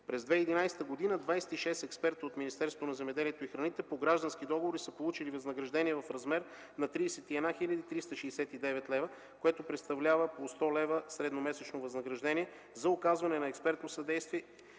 земеделието и храните по граждански договори са получили възнаграждение в размер на 31 369 лева, което представлява по 100 лева средномесечно възнаграждение за оказване на експертно съдействие